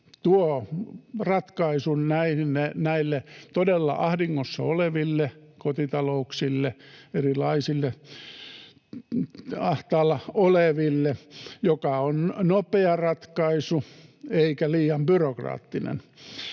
tuo ratkaisun näille todella ahdingossa oleville kotitalouksille, erilaisille ahtaalla oleville ja joka on nopea ratkaisu eikä liian byrokraattinen.